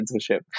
mentorship